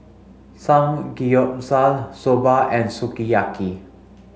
Samgeyopsal Soba and Sukiyaki